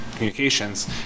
communications